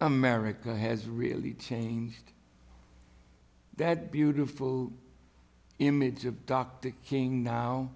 america has really changed that beautiful image of dr king now